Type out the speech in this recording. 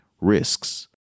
risks